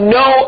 no